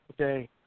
okay